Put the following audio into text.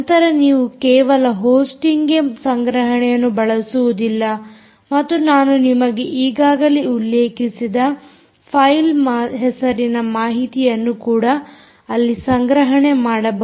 ನಂತರ ನೀವು ಕೇವಲ ಹೊಸ್ಟಿಂಗ್ಗೆ ಸಂಗ್ರಹಣೆಯನ್ನು ಬಳಸುವುದಿಲ್ಲ ಮತ್ತು ನಾನು ನಿಮಗೆ ಈಗಾಗಲೇ ಉಲ್ಲೇಖಿಸಿದ ಫೈಲ್ ಹೆಸರಿನ ಮಾಹಿತಿಯನ್ನು ಕೂಡ ಅಲ್ಲಿ ಸಂಗ್ರಹಣೆ ಮಾಡಬಹುದು